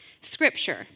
Scripture